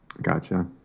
Gotcha